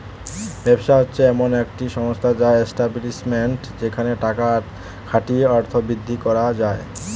ব্যবসা হচ্ছে এমন একটি সংস্থা বা এস্টাব্লিশমেন্ট যেখানে টাকা খাটিয়ে অর্থ বৃদ্ধি করা যায়